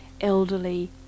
elderly